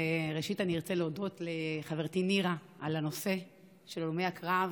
ראשית אני ארצה להודות לחברתי נירה על הנושא של הלומי הקרב,